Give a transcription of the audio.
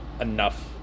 enough